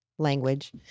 Language